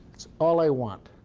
all i want.